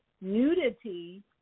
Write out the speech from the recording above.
nudity